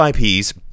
IPs